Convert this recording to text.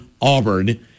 Auburn